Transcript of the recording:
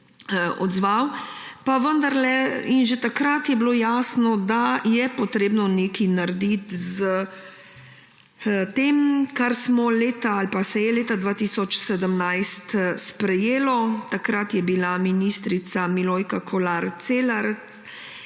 odzval, pa vendarle, že takrat je bilo jasno, da je potrebno nekaj narediti s tem, kar se je leta 2017 sprejelo. Takrat je bila ministrica Milojka Kolar Celarc,